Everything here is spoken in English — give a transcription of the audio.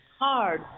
hard